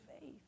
faith